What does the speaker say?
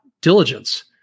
diligence